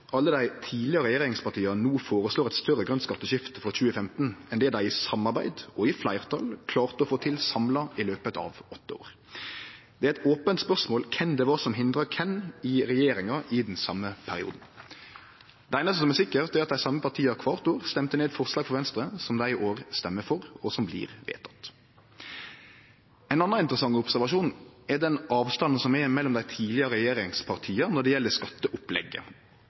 alle dei tidlegare regjeringspartia no føreslår eit større grønt skatteskifte for 2015 enn det dei i samarbeid og i fleirtal klarte å få til samla i løpet av åtte år. Det er eit ope spørsmål kven det var som hindra kven i regjeringa i den same perioden. Det einaste som er sikkert, er at dei same partia kvart år stemte ned forslag frå Venstre som dei i år stemmer for, og som blir vedtekne. Ein annan interessant observasjon er den avstanden som er mellom dei tidlegare regjeringspartia når det gjeld skatteopplegget.